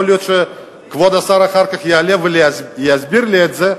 יכול להיות שכבוד השר אחר כך יעלה ויסביר לי את זה,